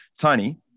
Tony